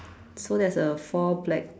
so there's a four black